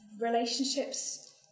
relationships